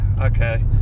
Okay